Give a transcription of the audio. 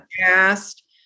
asked